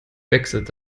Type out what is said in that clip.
wechselt